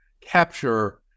capture